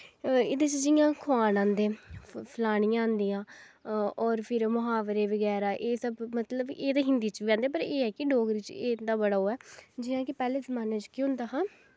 एह्दे च जियां खोआन आंदे फलौनियां होंदियां होर फिर मुहावरे बगैरा एह् सब मतलव हिन्दी च बी आंदे पर एह् ऐ कि डोगरी च इत्थां बड़ा ओह् ऐ जियां कि पैह्ले जमाने च केह् होंदा हा